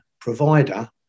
provider